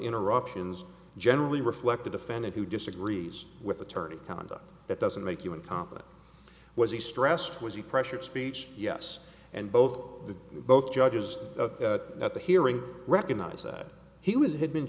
interruptions generally reflect the defendant who disagrees with attorney conduct that doesn't make you incompetent was he stressed was he pressured speech yes and both the both judges at the hearing recognize that he was had been